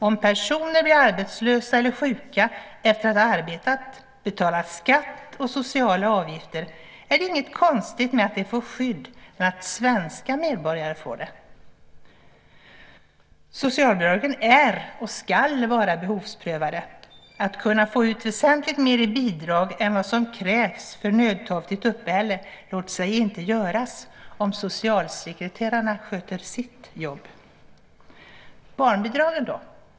Om personer blir arbetslösa eller sjuka efter att ha arbetat och betalat skatt och sociala avgifter är det inget konstigt med att de får skydd när svenska medborgare får det. Socialbidragen är och ska vara behovsprövade. Att kunna få ut väsentligt mer i bidrag än vad som krävs för nödtorftigt uppehälle låter sig inte göras om socialsekreterarna sköter sitt jobb. Barnbidragen då?